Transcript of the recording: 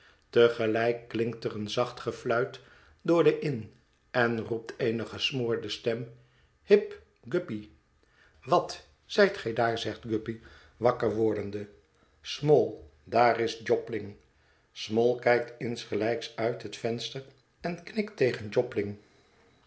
gelijk klinkt er een zacht gefluit door de inn en roept eene gesmoorde stem hip guppy wat zijt gij daar zegt guppy wakker wordende small daar is jobling small kijkt insgelijks uit het venster en knikt tegen jobling